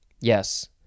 Yes